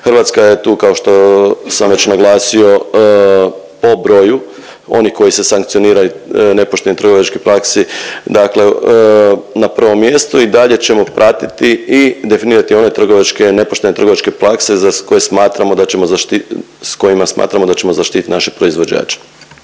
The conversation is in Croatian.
Hrvatska je tu kao što sam već naglasio po broju onih koji se sankcioniraju nepoštenoj trgovačkoj praksi, dakle na prvom mjestu. I dalje ćemo pratiti i definirati one trgovačke i nepoštene trgovačke prakse za koje smatramo da ćemo zaštit… s kojima